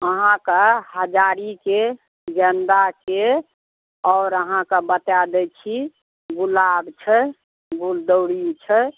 अहाँके हजारीके गेन्दाके आओर अहाँके बता दै छी गुलाब छै गुलदाउदी छै